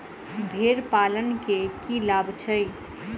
भेड़ पालन केँ की लाभ छै?